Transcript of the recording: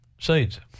Seeds